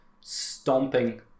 stomping